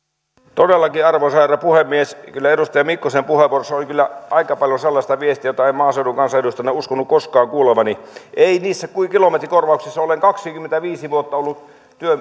arvoisa herra puhemies todellakin kyllä edustaja mikkosen puheenvuorossa oli aika paljon sellaista viestiä jota en maaseudun kansanedustajana uskonut koskaan kuulevani ei niissä kilometrikorvauksissa olen kaksikymmentäviisi vuotta ollut